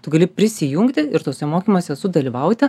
tu gali prisijungti ir tuose mokymuose sudalyvauti